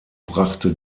brachte